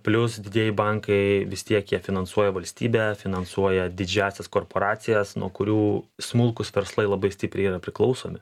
plius didieji bankai vis tiek ją finansuoja valstybė finansuoja didžiąsias korporacijas nuo kurių smulkūs verslai labai stipriai yra priklausomi